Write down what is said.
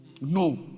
no